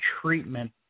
treatment